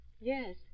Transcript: Yes